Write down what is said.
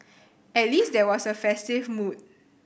at least there was a festive mood